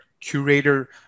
curator